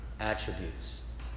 attributes